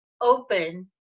Open